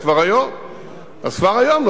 אז זאת אומרת שיש להם שירותי רכבת כבר היום.